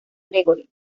gregory